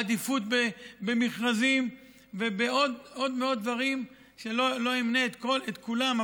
עדיפות במכרזים ובעוד ועוד דברים שלא אמנה את כולם,